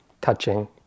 touching